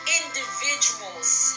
individuals